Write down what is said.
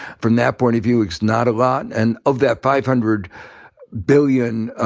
from that point of view, it's not a lot, and of that five hundred billion